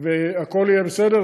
והכול יהיה בסדר,